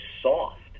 soft